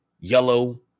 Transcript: yellow